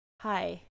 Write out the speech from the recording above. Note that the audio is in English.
Hi